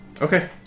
Okay